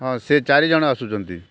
ହଁ ସେ ଚାରି ଜଣ ଆସୁଛନ୍ତି